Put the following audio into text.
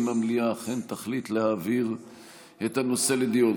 אם המליאה אכן תחליט להעביר את הנושא לדיון.